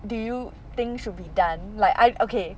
do you think should be done like I okay